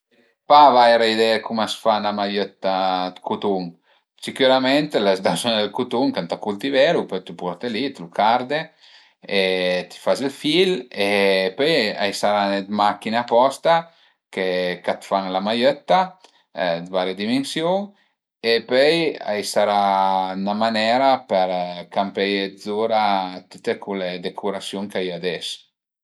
Pa vaire idee dë cum a s'fa 'na maiëtta dë cutun, sicürament l'as da buzugn dël cutun ch'ëntà cultivelu, pöi t'lu porte li, t'lu carde e ti faze ël fil e pöi a i sërà dë machin-e aposta che ch'a të fan la maiëtta dë varie dimensiun e pöi a i sarà 'na manera për campeie zura tüte cule decurasiun ch'a ie ades